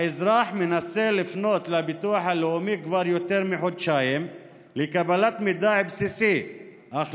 האזרח מנסה לפנות לביטוח הלאומי לקבלת מידע בסיסי כבר יותר מחודשיים,